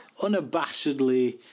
unabashedly